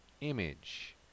image